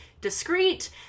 discreet